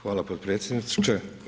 Hvala potpredsjedniče.